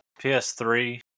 PS3